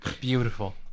Beautiful